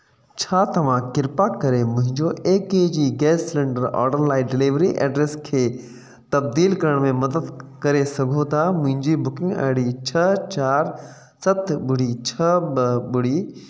छा तव्हां कृपा करे मुंहिंजो A K G gas cylinder order लाइ डिलेवरी एड्रस खे तब्दील करण में मदद करे सघो था मुंहिंजी बुकिंग आई डी छह चारि सत ॿुड़ी छह ॿ ॿुड़ी